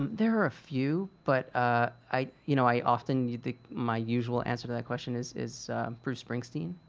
there are a few, but i you know i often you'd think my usual answer to that question is is bruce springsteen.